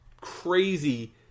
crazy